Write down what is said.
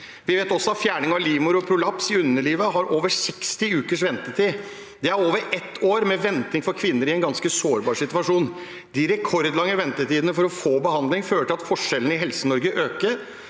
fjerning av livmor og prolaps i underlivet har over 60 ukers ventetid. Det er over et år med venting for kvinner i en ganske sårbar situasjon. De rekordlange ventetidene for å få behandling fører til at forskjellene i Helse-Norge øker.